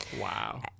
wow